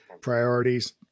priorities